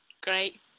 Great